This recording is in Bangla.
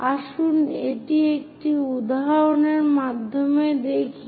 আসুন এটি একটি উদাহরণের মাধ্যমে দেখি